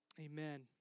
Amen